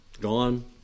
gone